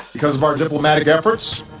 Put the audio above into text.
because of our diplomatic efforts,